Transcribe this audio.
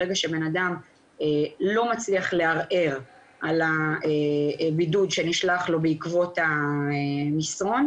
ברגע שבנאדם לא מצליח לערער על הבידוד שנשלח לו בעקבות המסרון,